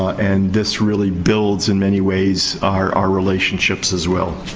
and this really builds, in many ways, our our relationships, as well.